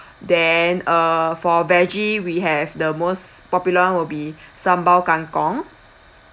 then uh for veggie we have the most popular will be sambal kangkong